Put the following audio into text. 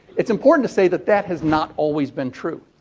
it's important to say that that has not always been true.